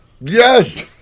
Yes